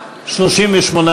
אי-אמון בממשלה לא נתקבלה.